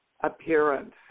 appearance